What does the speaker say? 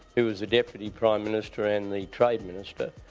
who was the deputy prime minister and the trade minister,